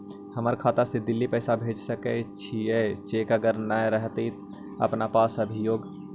हमर खाता से दिल्ली पैसा भेज सकै छियै चेक अगर नय रहतै अपना पास अभियोग?